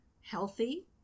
healthy